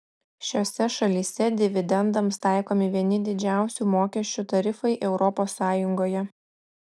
šiose šalyse dividendams taikomi vieni didžiausių mokesčių tarifai europos sąjungoje